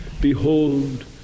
Behold